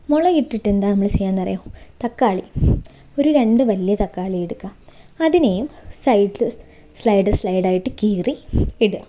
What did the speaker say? മുളക് ഇട്ടിട്ട് എന്താണ് നമ്മൾ ചെയ്യുക എന്നറിയുമോ തക്കാളി ഒരു രണ്ട് വലിയ തക്കാളി എടുക്കുക അതിനെയും സൈഡ് സ്ലൈഡ് സ്ലൈഡ് ആയിട്ട് കീറി ഇടുക